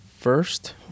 First